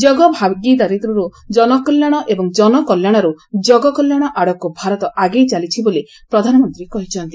ଜଗ ଭାଗିଦାରୀରୁ ଜନକଲ୍ୟାଶ ଏବଂ ଜନକଲ୍ୟାଶରୁ ଜଗକଲ୍ୟାଶ ଆଡ଼କୁ ଭାରତ ଆଗେଇ ଚାଲିଛି ବୋଲି ପ୍ରଧାନମନ୍ତୀ କହିଛନ୍ତି